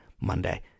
Monday